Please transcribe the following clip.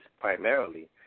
primarily